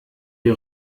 die